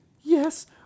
yes